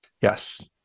Yes